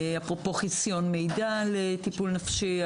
אפרופו חסיון מידע על טיפול נפשי,